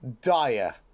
dire